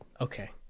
okay